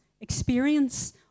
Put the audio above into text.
experience